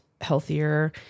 healthier